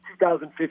2015